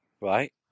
right